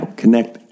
connect